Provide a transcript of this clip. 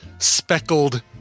speckled